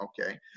okay